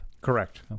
correct